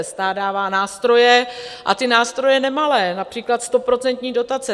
Stát dává nástroje, a to nástroje nemalé, například stoprocentní dotace.